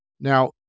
Now